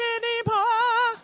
anymore